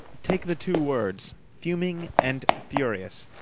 take the two words fuming and furious.